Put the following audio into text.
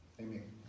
Amen